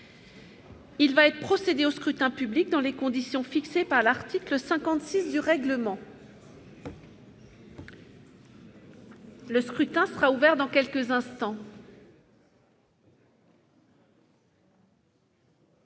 Il va être procédé au scrutin dans les conditions fixées par l'article 56 du règlement. Le scrutin est ouvert. Personne ne demande